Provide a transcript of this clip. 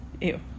ew